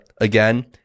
again